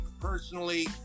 personally